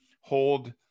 hold